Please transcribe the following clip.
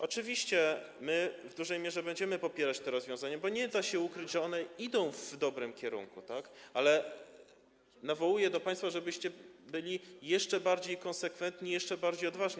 Oczywiście w dużej mierze będziemy popierać te rozwiązania, bo nie da się ukryć, że one idą w dobrym kierunku, ale nawołuję państwa, żebyście byli jeszcze bardziej konsekwentni i jeszcze bardziej odważni.